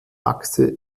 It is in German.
achse